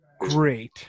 Great